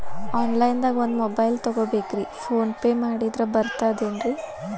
Online ದಾಗ ಒಂದ್ mobile ತಗೋಬೇಕ್ರಿ ಫೋನ್ ಪೇ ಮಾಡಿದ್ರ ಬರ್ತಾದೇನ್ರಿ?